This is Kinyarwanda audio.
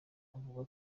avuga